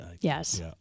Yes